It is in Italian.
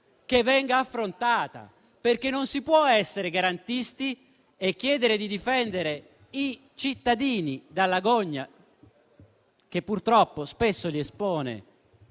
che venga affrontata, perché non si può essere garantisti e chiedere di difendere i cittadini dalla gogna, che purtroppo spesso li espone